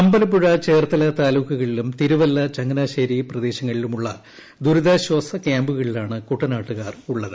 അമ്പലപ്പുഴ ചേർത്തല താലൂക്ക്കളിലും തിരുവല്ല ചങ്ങനാശ്ശേരി പ്രദേശങ്ങളിലും ഉള്ള ദുരിതാശാസ കൃാമ്പുകളിലാണ് കുട്ടനാട്ടുകാർ ഉള്ളത്